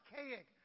archaic